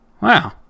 wow